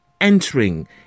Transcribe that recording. entering